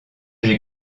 j’ai